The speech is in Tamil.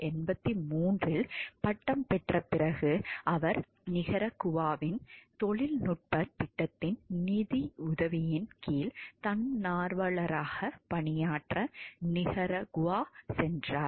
1983 இல் பட்டம் பெற்ற பிறகு அவர் நிகரகுவாவின் தொழில்நுட்பத் திட்டத்தின் நிதியுதவியின் கீழ் தன்னார்வலராக பணியாற்ற நிகரகுவா சென்றார்